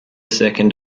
second